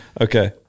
Okay